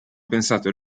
pensato